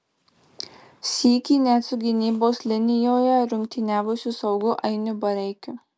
sykį net su gynybos linijoje rungtyniavusiu saugu ainu bareikiu